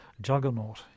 juggernaut